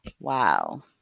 Wow